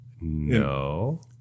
No